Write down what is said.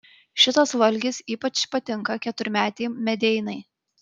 šitas valgis ypač patinka keturmetei medeinai